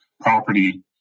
property